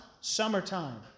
summertime